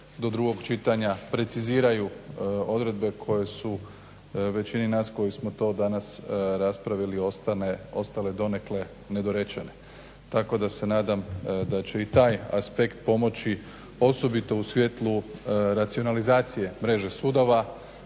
do drugog čitanja preciziraju odredbe koje su većini nas koji smo to danas raspravili ostale donekle nedorečene, tako da se nadam da će i taj aspekt pomoći, osobito u svjetlu racionalizacije mreže sudova,